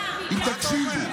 אם תקשיבו.